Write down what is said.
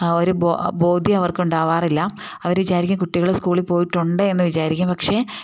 ഒരു ബോധ്യം അവർക്ക് ഉണ്ടാവാറില്ല അവർ വിചാരിക്കും കുട്ടികൾ സ്കൂളിൽ പോയിട്ടുണ്ടെന്ന് വിചാരിക്കും പക്ഷെ